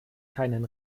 keinen